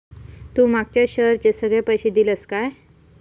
तू मागच्या शेअरचे सगळे पैशे दिलंस काय?